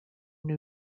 new